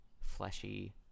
fleshy